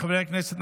חברי הכנסת,